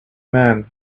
man